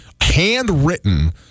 handwritten